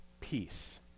peace